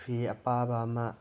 ꯐꯤ ꯑꯄꯥꯕ ꯑꯃ